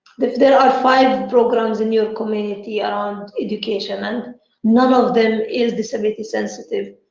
there are five programmes in your community around education and none of them is disability sensitive,